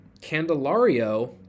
Candelario